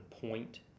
point